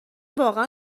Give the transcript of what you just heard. واقعا